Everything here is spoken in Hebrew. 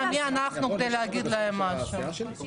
מי אנחנו כדי להגיד להם משהו.